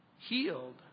healed